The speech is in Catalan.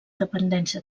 dependència